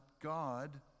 God